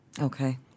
Okay